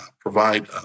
provide